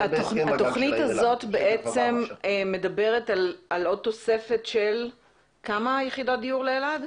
התוכנית הזאת מדברת על עוד תוספת של כמה יחידות דיור לאלעד?